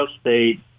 State